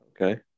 Okay